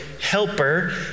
helper